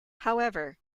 however